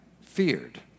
feared